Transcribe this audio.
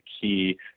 key